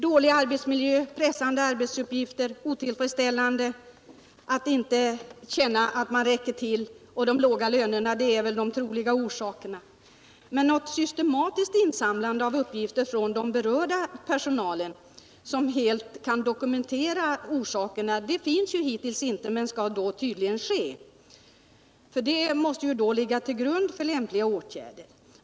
Dålig arbetsmiljö, pressande arbetsuppgifter, otillfredsställelse över att känna att man inte räcker till och de låga lönerna är de troliga orsakerna till personalomsättningen. Någon systematisk insamling av uppgifter från berörd personal, som helt kan dokumentera orsakerna, har hittills inte gjorts men skall tydligen göras. Sådana fakta måste ligga till grund för lämpliga åtgärder.